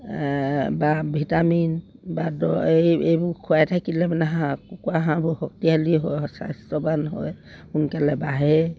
বা ভিটামিন বা দৰৱ এই এইবোৰ খোৱাই থাকিলে মানে হাঁহ কুকুৰা হাঁহবোৰ শক্তিশালী হয় স্বাস্থ্যৱান হয় সোনকালে বাঢ়ে